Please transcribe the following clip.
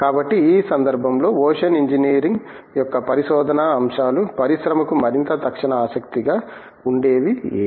కాబట్టి ఈ సందర్భంలో ఓషన్ ఇంజనీరింగ్ యొక్క పరిశోధన అంశాలు పరిశ్రమకు మరింత తక్షణ ఆసక్తిగా ఉండేవి ఏవి